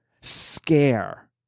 scare